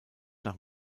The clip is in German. nach